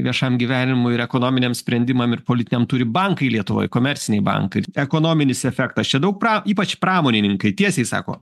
viešam gyvenimui ir ekonominiam sprendimam ir politiniam turi bankai lietuvoj komerciniai bankai ekonominis efektas čia daug pra ypač pramonininkai tiesiai sako